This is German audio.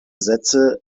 sätze